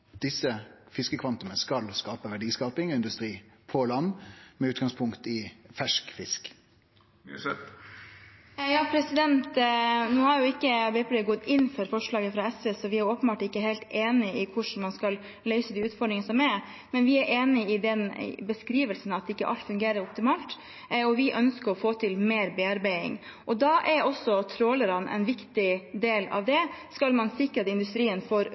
desse fiskekvantuma skal bidra til verdiskaping og industri på land med utgangspunkt i fersk fisk? Nå har jo ikke Arbeiderpartiet gått inn for forslaget fra SV, så vi er åpenbart ikke helt enig i hvordan man skal løse de utfordringene som er. Men vi er enig i beskrivelsen av at ikke alt fungerer optimalt, og vi ønsker å få til mer bearbeiding. Da er også trålerne en viktig del av det, om man skal sikre at industrien får